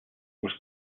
was